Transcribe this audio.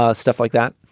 ah stuff like that.